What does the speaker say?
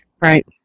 Right